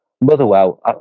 Motherwell